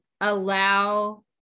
allow